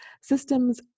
Systems